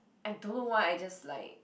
I don't know why I just like